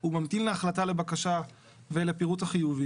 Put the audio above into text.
הוא ממתין להחלטה בבקשה ולפירוט החיובים